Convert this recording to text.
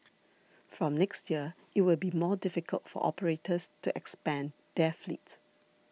from next year it will be more difficult for operators to expand their fleet